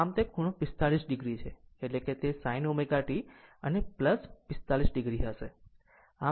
આમ તે ખૂણો 45 o છે એટલે કે તે sin ω t અને 45 o હશે